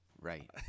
Right